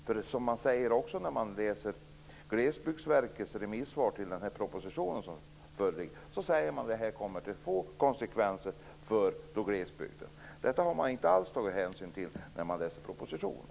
Glesbygdsverket säger i sitt remissvar till propositionen att detta kommer att få konsekvenser för glesbygden. Det har det inte alls tagits hänsyn till i propositionen.